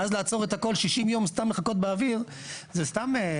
ואז לעצור את הכל 60 ימים סתם לחכות באוויר זה סתם.